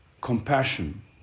compassion